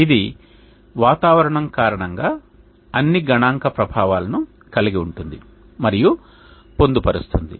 ఇది వాతావరణం కారణంగా అన్ని గణాంక ప్రభావాలను కలిగి ఉంటుంది మరియు పొందు పరుస్తుంది